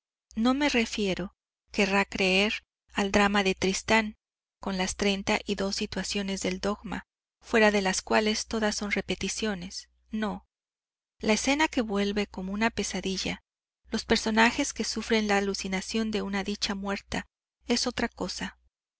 no me refiero querrá creer al drama de tristán con las treinta y dos situaciones del dogma fuera de las cuales todas son repeticiones no la escena que vuelve como una pesadilla los personajes que sufren la alucinación de una dicha muerta es otra cosa